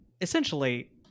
essentially